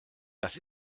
das